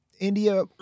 India